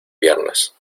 piernas